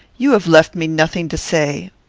you have left me nothing to say.